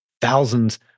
Thousands